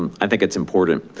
um i think it's important.